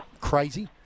crazy